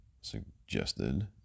suggested